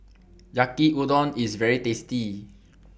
Yaki Udon IS very tasty